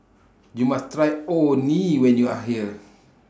YOU must Try Orh Nee when YOU Are here